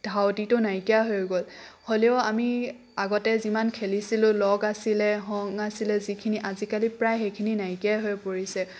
ধাউতিটো নাইকিয়া হৈ গ'ল হ'লেও আমি আগতে যিমান খেলিছিলোঁ লগ আছিলে সংগ আছিলে যিখিনি আজিকালি প্ৰায় সেইখিনি নাইকিয়াই হৈ পৰিছে